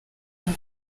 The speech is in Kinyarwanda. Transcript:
ngo